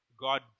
God